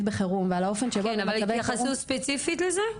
בחירום --- אבל התייחסו ספציפית לזה?